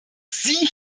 sie